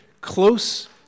close